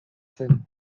zen